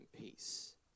peace